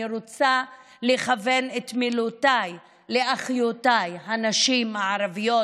אני רוצה לכוון את מילותיי לאחיותיי הנשים הערביות,